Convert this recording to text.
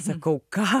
sakau ką